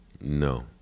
No